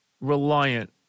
reliant